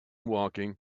walking